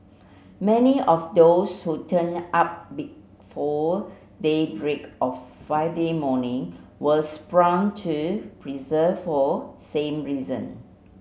many of those who turned up before daybreak on Friday morning were to persevere for same reason